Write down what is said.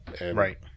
Right